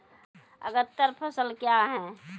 अग्रतर फसल क्या हैं?